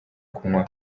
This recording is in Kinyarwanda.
kunywa